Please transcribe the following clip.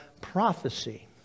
prophecy